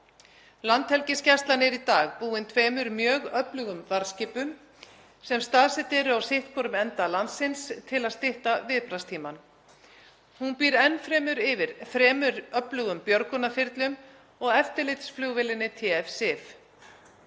Landhelgisgæslan er í dag búin tveimur mjög öflugum varðskipum sem staðsett eru á sitthvorum enda landsins til að stytta viðbragðstímann. Hún býr enn fremur yfir þremur öflugum björgunarþyrlum og eftirlitsflugvélinni TF-SIF.